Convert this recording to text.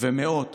ומאות